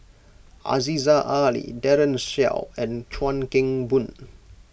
Aziza Ali Daren Shiau and Chuan Keng Boon